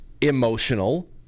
emotional